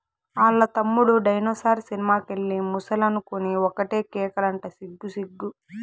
ఆల్ల తమ్ముడు డైనోసార్ సినిమా కెళ్ళి ముసలనుకొని ఒకటే కేకలంట సిగ్గు సిగ్గు